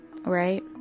right